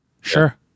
sure